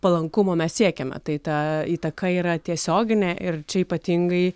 palankumo mes siekiame tai ta įtaka yra tiesioginė ir čia ypatingai